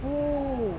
root beer